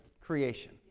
creation